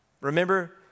Remember